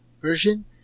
version